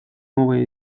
новое